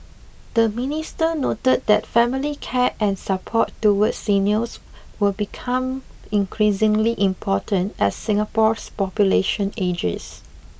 the minister noted that family care and support towards seniors will become increasingly important as Singapore's population ages